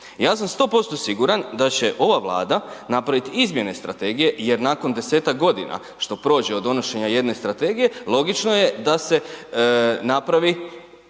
Ja sam 100% siguran da će ova Vlada napraviti izmjene strategije jer nakon 10-ak godina što prođe od donošenja jedne strategije, logično je da se napravi